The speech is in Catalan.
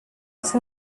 ser